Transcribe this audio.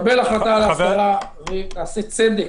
הממשלה ותקבל החלטה על הסדרה ונעשה צדק,